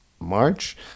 March